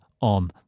on